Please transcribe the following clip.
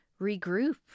regroup